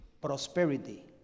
prosperity